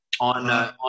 on